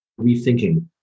rethinking